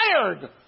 tired